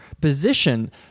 position